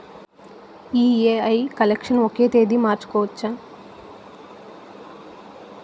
EMI collection ఒక తేదీ మార్చుకోవచ్చా?